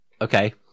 Okay